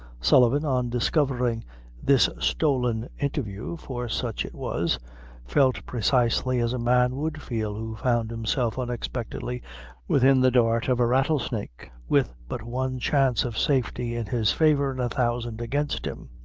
sullivan, on discovering this stolen interview for such it was felt precisely as a man would feel, who found himself unexpectedly within the dart of a rattlesnake, with but one chance of safety in his favor and a thousand against him.